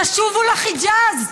תשובו לחיג'אז.